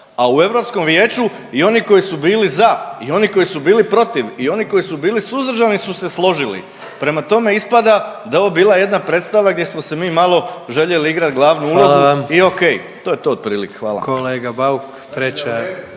a u Europskom vijeću i oni koji su bili za i oni koji su bili protiv i oni koji su bili suzdržani su se složili, prema tome ispada da je ovo bila jedna predstava gdje smo se mi malo željeli igrati glavnu ulogu i ok. …/Upadica predsjednik: Hvala vam./… To je